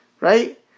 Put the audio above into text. Right